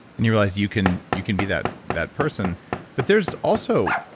and you realized you can you can be that that person but there's also,